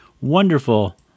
wonderful